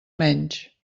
menys